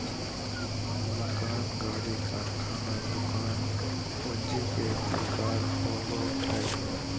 मकान, गाड़ी, कारखाना, दुकान पूंजी के प्रकार होबो हइ